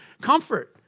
comfort